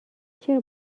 چرا